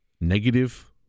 negative